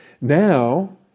Now